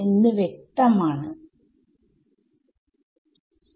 ഞാൻ ഈ ഫോം ഇവിടെ 4 ൽ എടുത്താൽ ചോദ്യം എന്താവും